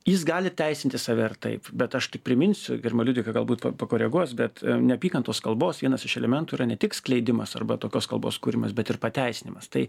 jis gali teisinti save ar taip bet aš tik priminsiu gerbiama liudvika galbūt pa pakoreguos bet neapykantos kalbos vienas iš elementų yra ne tik skleidimas arba tokios kalbos kūrimas bet ir pateisinimas tai